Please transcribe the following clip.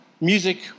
music